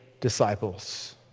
Disciples